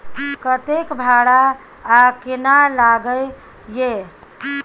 कतेक भाड़ा आ केना लागय ये?